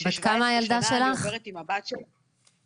ש-17 שנה אני עוברת עם הבת שלי --- בת כמה הילדה שלך?